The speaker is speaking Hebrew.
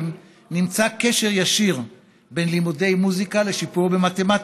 נמצא קשר ישיר בין לימודי מוזיקה לשיפור במתמטיקה,